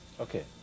Okay